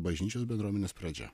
bažnyčios bendruomenės pradžia